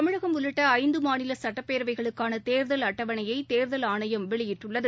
தமிழகம் உள்ளிட்ட ஐந்து மாநில சுட்டப்பேரவைகளுக்கான தேர்தல் அட்டவணையை தேர்தல் ஆணையம் வெளியிட்டுள்ளது